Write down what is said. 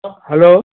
hello